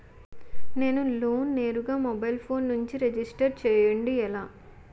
నేను లోన్ నేరుగా mobile phone నుంచి రిజిస్టర్ చేయండి ఎలా?